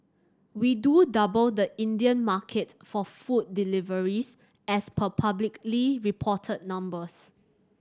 we do double the Indian market for food deliveries as per publicly reported numbers